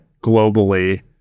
globally